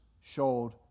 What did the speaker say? showed